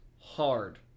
hard